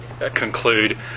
Conclude